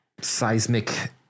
Seismic